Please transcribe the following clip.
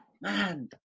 Man